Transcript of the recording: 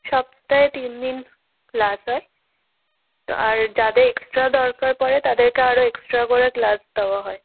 সপ্তাহে তিন দিন ক্লাস হয় আর যাদের এক্সট্রা দরকার পড়ে তাদেরকে আরও এক্সট্রা করে ক্লাস দেওয়া হয়